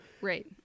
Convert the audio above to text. right